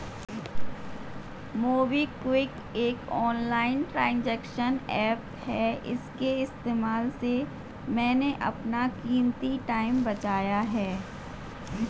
MobiKwik एक online transaction app है इसके इस्तेमाल से मैंने अपना कीमती टाइम बचाया है